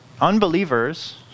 unbelievers